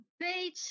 page